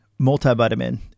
multivitamin